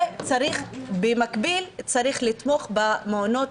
וצריך מקביל לתמוך במעונות